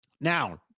Now